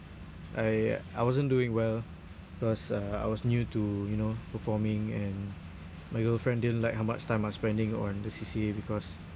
I I wasn't doing well because uh I was new to you know performing and my girlfriend didn't like how much time I'm spending on the C_C_A because